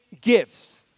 gifts